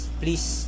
please